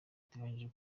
iteganyijwe